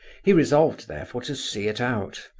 he resolved therefore, to see it out,